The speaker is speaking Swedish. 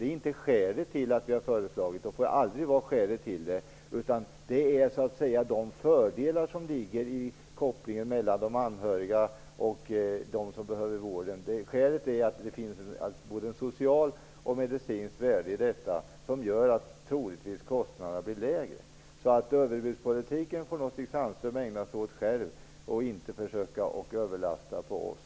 Det är inte skälet till vårt förslag, och det får aldrig vara skälet till det, utan skälet är de fördelar som ligger i kopplingen mellan de anhöriga och dem som behöver vården. Det finns både ett socialt och ett medicinskt värde i detta, vilket gör att kostnaderna troligtvis blir lägre. Så överbudspolitiken får nog Stig Sandström ägna sig åt själv och inte försöka lasta över den på oss.